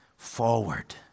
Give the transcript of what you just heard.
forward